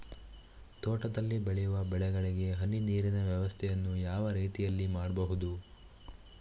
ತೋಟದಲ್ಲಿ ಬೆಳೆಯುವ ಬೆಳೆಗಳಿಗೆ ಹನಿ ನೀರಿನ ವ್ಯವಸ್ಥೆಯನ್ನು ಯಾವ ರೀತಿಯಲ್ಲಿ ಮಾಡ್ಬಹುದು?